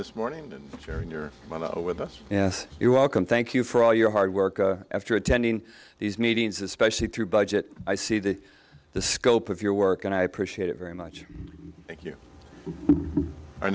this morning and hearing your with us yes you're welcome thank you for all your hard work after attending these meetings especially through budget i see the the scope of your work and i appreciate it very much